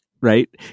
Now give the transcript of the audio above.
Right